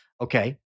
okay